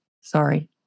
Sorry